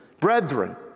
brethren